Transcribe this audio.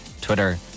Twitter